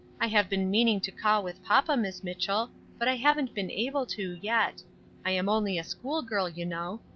i have been meaning to call with papa, miss mitchell, but i haven't been able to, yet i am only a school girl, you know.